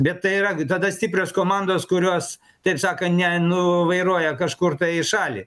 bet tai yra tada stiprios komandos kurios taip sakant ne nuvairuoja kažkur į šalį